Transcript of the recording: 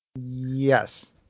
yes